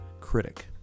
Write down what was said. critic